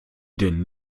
denn